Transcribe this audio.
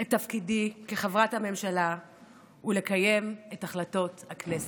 את תפקידי כחברת הממשלה ולקיים את החלטות הכנסת.